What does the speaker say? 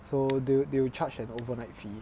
so they they will charge an overnight fee